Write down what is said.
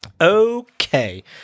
Okay